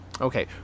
Okay